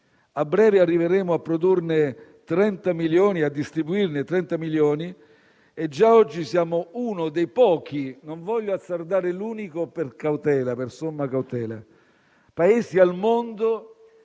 a breve arriveremo a produrne e a distribuirne 30 milioni. Già oggi siamo uno dei pochi - non voglio azzardare a dire l'unico, per somma cautela - Paesi al mondo